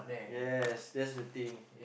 yes that's the thing